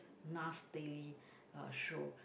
Nas Daily uh show